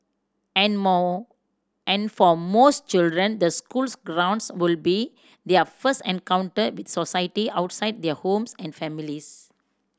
and more and for most children the schools grounds would be their first encounter with society outside their homes and families